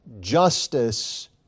justice